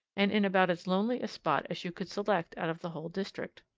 and in about as lonely a spot as you could select out of the whole district.